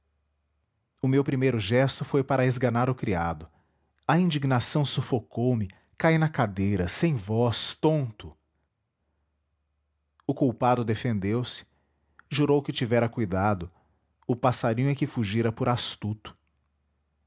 o meu primeiro gesto foi para esganar o criado a indignação sufocou me caí na cadeira sem voz tonto o culpado defendeu-se jurou que tivera cuidado o passarinho é que fugira por astuto